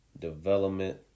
development